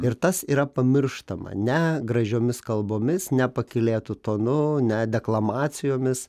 ir tas yra pamirštama ne gražiomis kalbomis ne pakylėtu tonu ne deklamacijomis